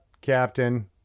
Captain